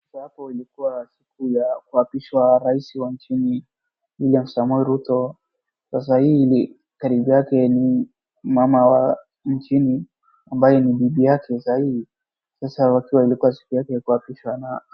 Hapo ilikuwa siku za kuapishwa rais wa nchini William Samoei Ruto, sasa hii ni karibu yake ni mama wa nchi amabye ni bibi yake saa hizi, sasa hapa alikuwa siku yake ya kuapishwa na.